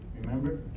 Remember